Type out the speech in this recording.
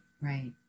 right